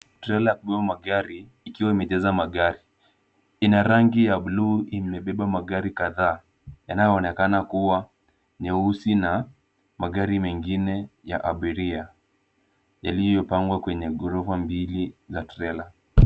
Trela ya kubeba magari ikiwa imejaza magari. Ina rangi ya blue imebeba magari kadhaa yanayonekana kuwa nyeusi na magari mengine ya abiria yaliyopangwa kwenye ghorofa mbili za trela.